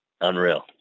Unreal